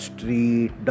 Street